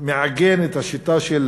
מעגן את השיטה של